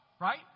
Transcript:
Right